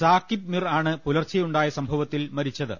സാക്കിബ് മിർ ആണ് പ്പുലർച്ചെയുണ്ടായ സംഭവത്തിൽ മരിച്ചത്